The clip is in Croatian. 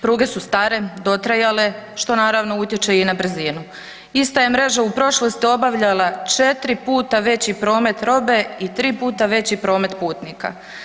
Pruge su stare, dotrajale što naravno utječe i na brzinu, ista je mreža u prošlosti obavljala četiri puta veći promet robe i tri puta veći promet putnika.